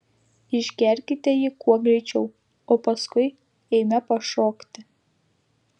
išgerkite jį kuo greičiau o paskui eime pašokti